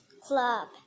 club